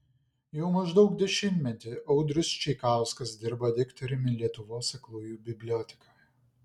jau maždaug dešimtmetį audrius čeikauskas dirba diktoriumi lietuvos aklųjų bibliotekoje